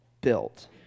built